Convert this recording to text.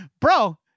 bro